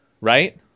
right